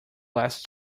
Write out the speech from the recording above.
last